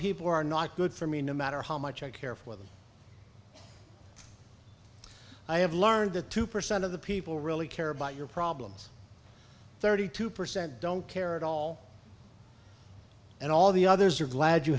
people are not good for me no matter how much i care for them i have learned that two percent of the people really care about your problems thirty two percent don't care at all and all the others are glad you